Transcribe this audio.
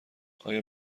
آیا